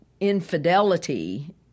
infidelity